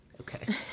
Okay